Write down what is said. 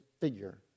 figure